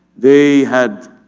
they had